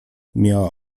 miała